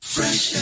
Fresh